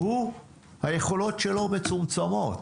היכולות שלו יהיו מצומצמות.